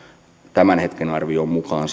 tämän hetken arvion mukaan